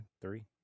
three